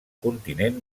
continent